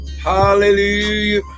hallelujah